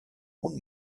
und